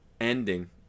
ending